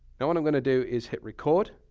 now what i'm going to do is, hit record.